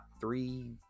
Three